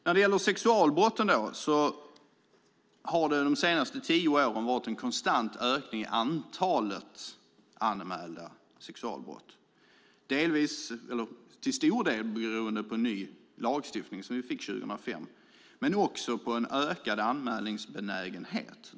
När det gäller sexualbrotten har det de senaste tio åren varit en konstant ökning i antalet anmälda sexualbrott, till stor del beroende på ny lagstiftning som vi fick 2005 men också på en ökad anmälningsbenägenhet.